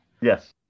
yes